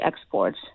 exports